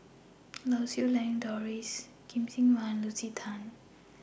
Lau Siew Lang Doris Lim Kim San and Lucy Tan